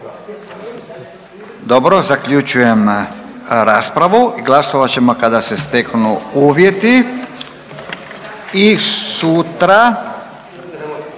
vama. Zaključujem raspravu, glasat ćemo kada se steknu uvjeti.